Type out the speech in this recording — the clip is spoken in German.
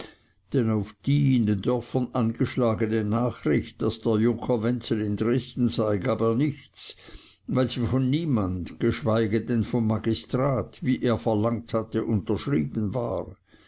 denn auf die in den dörfern angeschlagene nachricht daß der junker wenzel in dresden sei gab er nichts weil sie von niemand geschweige denn vom magistrat wie er verlangt hatte unterschrieben war